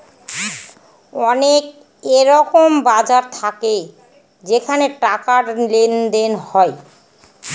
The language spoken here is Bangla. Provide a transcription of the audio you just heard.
অনেক এরকম বাজার থাকে যেখানে টাকার লেনদেন হয়